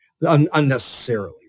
unnecessarily